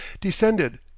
descended